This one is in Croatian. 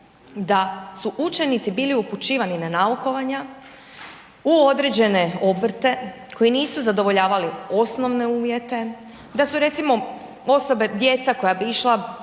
da su učenici bili upućivani na naukovanja u određene obrte koji nisu zadovoljavali osnovne uvjete, da su recimo osobe, djeca koja bi išla